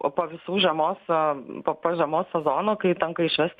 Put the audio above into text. o po visų žiemos po po žiemos sezono kai tenka išvešt